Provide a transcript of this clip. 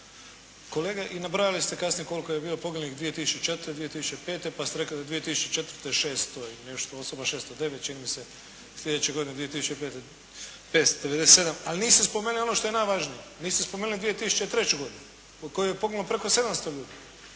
Kolega i nabrajali ste kasnije koliko je bilo poginulih 2004., 2005. pa ste rekli da 2004. 600 i nešto osoba, 609 čini mi se, sljedeće godine 2005. 597, ali niste spomenuli ono što je najvažnije, niste spomenuli 2003. godinu u kojoj je poginulo preko 700 ljudi,